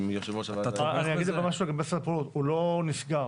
אני אגיד משהו לגבי סדר הפעולות - הוא לא נסגר.